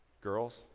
girls